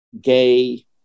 gay